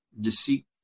deceit